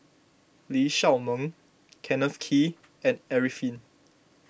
Lee Shao Meng Kenneth Kee and Arifin